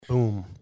boom